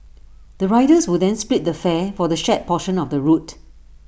the riders will then split the fare for the shared portion of the route